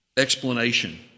Explanation